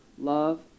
love